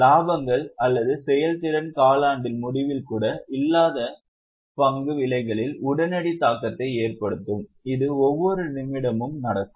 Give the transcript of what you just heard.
இலாபங்கள் அல்லது செயல்திறன் காலாண்டின் முடிவில் கூட இல்லாத பங்கு விலைகளில் உடனடி தாக்கத்தை ஏற்படுத்தும் இது ஒவ்வொரு நிமிடமும் நடக்கும்